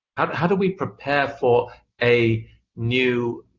how do we prepare for a new